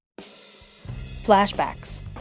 flashbacks